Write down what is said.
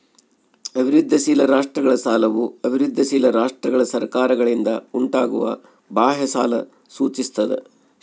ಅಭಿವೃದ್ಧಿಶೀಲ ರಾಷ್ಟ್ರಗಳ ಸಾಲವು ಅಭಿವೃದ್ಧಿಶೀಲ ರಾಷ್ಟ್ರಗಳ ಸರ್ಕಾರಗಳಿಂದ ಉಂಟಾಗುವ ಬಾಹ್ಯ ಸಾಲ ಸೂಚಿಸ್ತದ